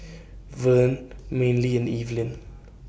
Verne Manley and Evelin